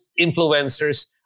influencers